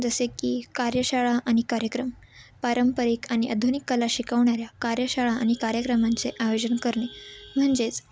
जसे की कार्यशाळा आणि कार्यक्रम पारंपरिक आणि आधुनिक कला शिकवणाऱ्या कार्यशाळा आणि कार्यक्रमांचे आयोजन करणे म्हणजेच